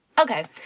Okay